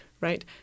right